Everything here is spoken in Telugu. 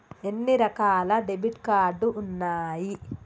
ఎన్ని రకాల డెబిట్ కార్డు ఉన్నాయి?